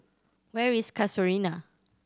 where is Casuarina